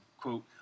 quote